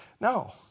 No